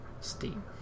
Steam